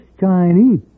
Chinese